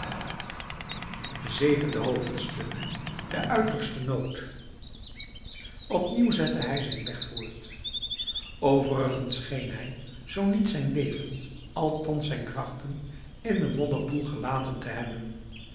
zevende hoofdstuk de uiterste nood opnieuw zette hij zijn weg voort overigens scheen hij zoo niet zijn leven althans zijn krachten in den modderpoel gelaten te hebben